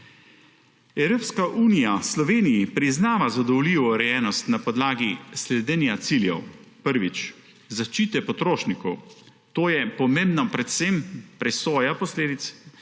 Evropska unija Sloveniji priznava zadovoljivo urejenost na podlagi sledenja naslednjim ciljem. Prvič, zaščita potrošnikov. Tu je pomembna predvsem presoja posledic